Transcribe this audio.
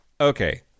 okay